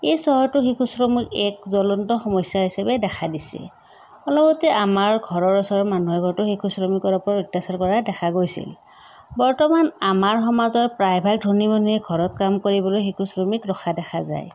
এই চহৰতো শিশু শ্ৰমিক এক জলন্ত সমস্যা হিচাপে দেখা দিছে অলপতে আমাৰ ঘৰৰ ওচৰৰ মানুহে এঘৰতো শিশু শ্ৰমিকৰ ওপৰত অত্যাচাৰ কৰা দেখা গৈছিল বৰ্তমান আমাৰ সমাজৰ প্ৰায় ভাগ মানুহে ঘৰত কাম কৰিবলৈ শিশু শ্ৰমিক ৰখা দেখা যায়